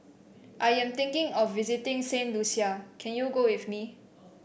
I am thinking of visiting Saint Lucia can you go with me